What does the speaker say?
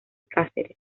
cáceres